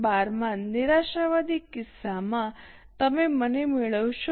12 માં નિરાશાવાદી કિસ્સામાં તમે મને મેળવશો